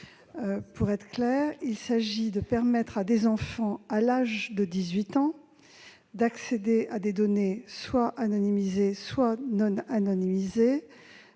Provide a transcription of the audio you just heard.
Pour être clair, il s'agit de permettre à des enfants, à l'âge de 18 ans, d'accéder à leurs origines, à des données soit anonymisées, soit non anonymisées.